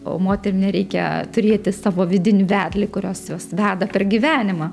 o moteriai nereikia turėti savo vidinį vedlį jos jos veda per gyvenimą